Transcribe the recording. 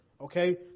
Okay